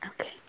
Okay